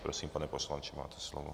Prosím, pane poslanče, máte slovo.